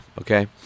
Okay